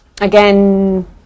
Again